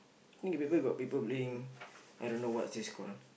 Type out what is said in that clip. I think your paper you got people playing I don't know what's this called ah